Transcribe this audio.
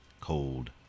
cold